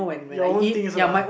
your own things lah